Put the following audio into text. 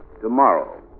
tomorrow